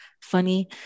funny